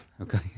Okay